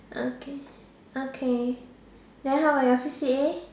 okay okay then how about your C_C_A